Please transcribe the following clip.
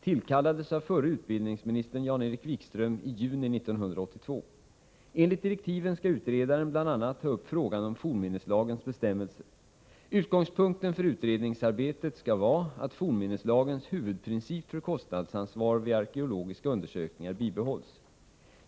tillkallades av förre utbildningsministern Jan-Erik Wikström i juni 1982. Enligt direktiven skall utredaren bl.a. ta upp frågan om fornminneslagens bestämmelser. Utgångspunkten för utredningsarbetet skall vara att fornminneslagens huvudprincip för kostnadsansvar vid arkeologiska undersökningar bibehålls.